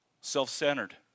self-centered